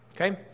Okay